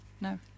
No